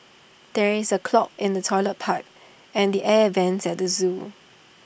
there is A clog in the Toilet Pipe and the air Vents at the Zoo